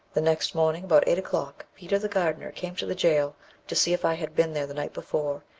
the next morning, about eight o'clock, peter the gardener came to the jail to see if i had been there the night before,